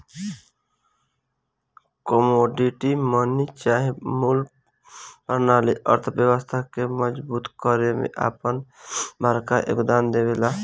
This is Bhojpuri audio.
कमोडिटी मनी चाहे मूल परनाली अर्थव्यवस्था के मजबूत करे में आपन बड़का योगदान देवेला